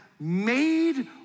made